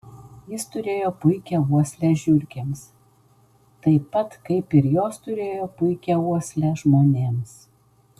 jis turėjo puikią uoslę žiurkėms taip pat kaip ir jos turėjo puikią uoslę žmonėms